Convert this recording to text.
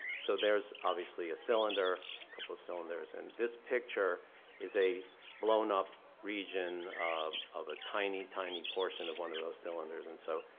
so there's obviously a cylinder a couple of cylinders and this picture is a blown up region of of a tiny, tiny portion of one of those cylinders. and so,